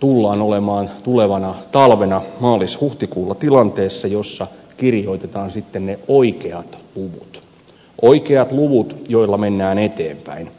tullaan olemaan tulevana talvena maalishuhtikuulla tilanteessa jossa kirjoitetaan sitten ne oikeat luvut oikeat luvut joilla mennään eteenpäin